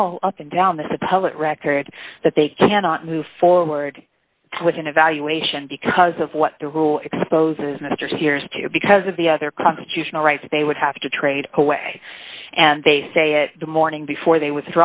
all up and down the supposed that record that they cannot move forward with an evaluation because of what the rule exposes mr hears to because of the other constitutional rights they would have to trade away and they say it the morning before they